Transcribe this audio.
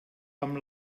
amb